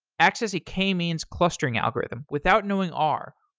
access k-means clustering algorithm without knowing r,